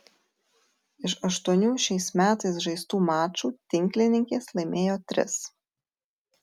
iš aštuonių šiais metais žaistų mačų tinklininkės laimėjo tris